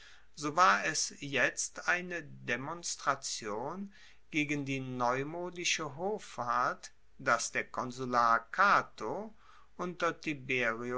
so war es jetzt eine demonstration gegen die neumodische hoffart dass der konsular cato unter